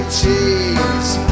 cheese